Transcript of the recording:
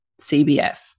CBF